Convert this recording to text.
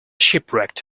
shipwrecked